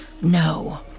No